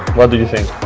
what do you think?